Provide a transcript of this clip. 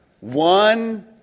One